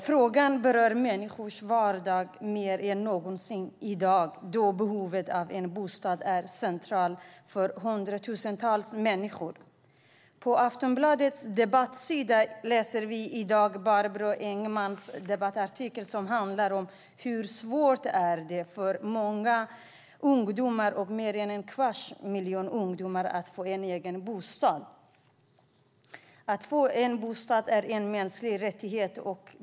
Frågan berör människors vardag mer än någonsin i dag, då behovet av en bostad är centralt för hundratusentals människor. På Aftonbladets debattsida läser vi i dag Barbro Engmans debattartikel om hur svårt det är för många ungdomar att få en egen bostad. Det gäller mer än en kvarts miljon ungdomar. Att få en bostad är en mänsklig rättighet.